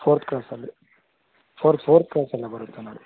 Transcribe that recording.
fourth ಕ್ರಾಸಲ್ಲಿ fourth fourth ಕ್ರಾಸಲ್ಲಿ ಬರುತ್ತೆ ನೋಡಿ